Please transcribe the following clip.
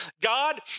God